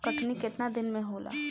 कटनी केतना दिन मे होला?